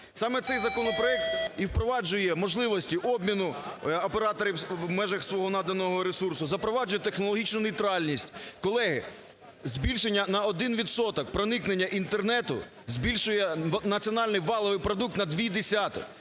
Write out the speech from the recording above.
Саме цей законопроект і впроваджує можливості обміну операторів в межах свого наданого ресурсу, запровадити технологічну нейтральність. Колеги, збільшення на один відсоток проникнення Інтернету збільшує національний валовий продукт на дві